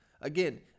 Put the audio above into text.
Again